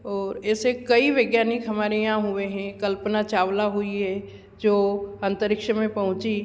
और ऐसे कई वैज्ञानिक हमारे यहाँ हुए हैं कल्पना चावला हुई है जो अंतरिक्ष में पहुँची